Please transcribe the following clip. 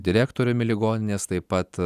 direktoriumi ligoninės taip pat